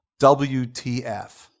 WTF